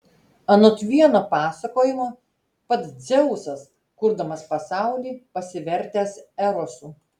anot vieno pasakojimo pats dzeusas kurdamas pasaulį pasivertęs erosu